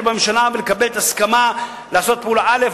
בממשלה ולקבל את ההסכמה לעשות פעולה א',